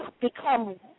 become